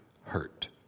hurt